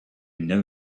know